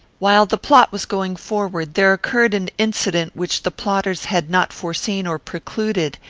while the plot was going forward, there occurred an incident which the plotters had not foreseen or precluded,